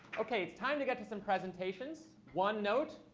okay. it's time to get to some presentations. one note,